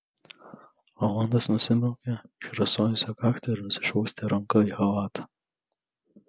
rolandas nusibraukė išrasojusią kaktą ir nusišluostė ranką į chalatą